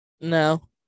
No